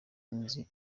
nzi